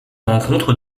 rencontre